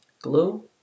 glue